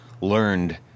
learned